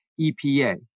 EPA